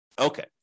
Okay